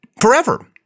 forever